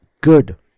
good